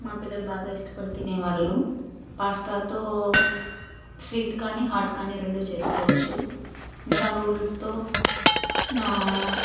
మా పిల్లలు బాగా ఇష్టపడి తినేవాళ్లు పాస్తాతో స్వీట్ కానీ హాట్ కానీ రెండూ చేసుకోవచ్చు ఇంకా నూడిల్స్తో